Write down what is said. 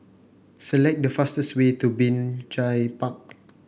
select the fastest way to Binjai Park